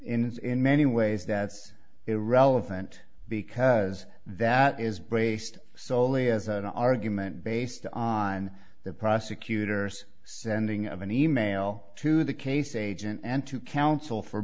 in many ways that's irrelevant because that is braced soley as an argument based on the prosecutor's sending of an email to the case agent and two counsel for